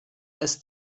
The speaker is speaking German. als